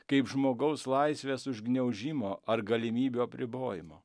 kaip žmogaus laisvės užgniaužimo ar galimybių apribojimo